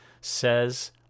says